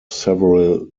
several